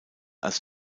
als